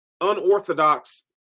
unorthodox